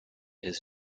his